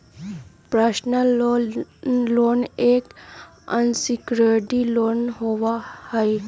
personal loan एक unsecured loan होबा हई